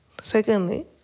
secondly